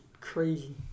crazy